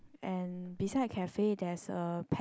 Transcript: and beside cafe there's a pet